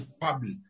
public